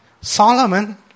Solomon